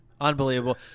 unbelievable